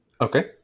Okay